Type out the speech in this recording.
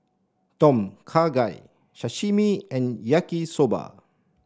Tom Kha Gai Sashimi and Yaki Soba